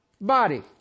body